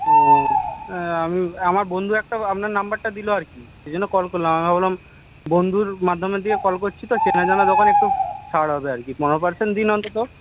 ও আমি আমার বন্ধু একটা আপনার নাম্বারটা দিলো আরকি সেই জন্য কল করলাম আমি ভাবলাম বন্ধুর মাধ্যম দিয়ে কল করছি তো চেনাজানা দোকান একটু ছাড় হবে আরকি পনেরো পার্সেন্ট দিন অন্তত